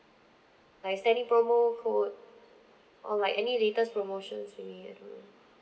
like is there any promo code or like any latest promotions you may have